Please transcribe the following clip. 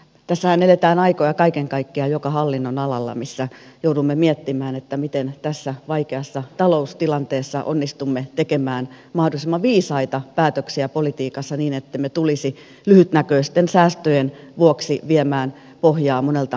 tässähän eletään aikoja kaiken kaikkiaan joka hallinnonalalla missä joudumme miettimään miten tässä vaikeassa taloustilanteessa onnistumme tekemään mahdollisimman viisaita päätöksiä politiikassa niin ettemme tulisi lyhytnäköisten säästöjen vuoksi viemään pohjaa monelta tärkeältä asialta